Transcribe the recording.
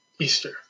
Easter